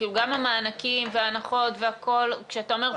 גם המענקים וההנחות והכול כשאתה אומר פיצוי